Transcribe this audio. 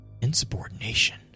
insubordination